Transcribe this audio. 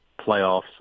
playoffs